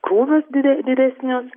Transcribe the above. krūvius dide didesnius